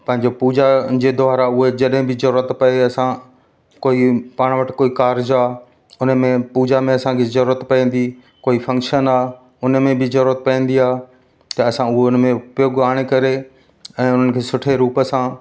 पंहिंजे पूजा जे द्वारा उहे जॾहिं बि जरूअत पए असां कोई पाण वटि कोई कारज आहे हुनमें पूजा में असांखे जरुरत पवंदी कोई फ़क्शन आहे उनमें बि जरूअत पवंदी आहे त असां हूअ उनमें उपयोगु आणे करे ऐं उन्हनि खे सुठे रूप सां